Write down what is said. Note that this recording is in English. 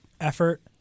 Effort